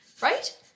right